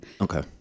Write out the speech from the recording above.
Okay